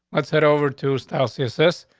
let's head over to style css.